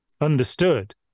understood